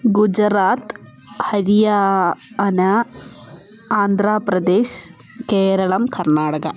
Gujarat Haryana Andhra Pradesh Kerala Karnataka